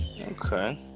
Okay